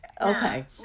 okay